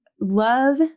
love